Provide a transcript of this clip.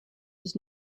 was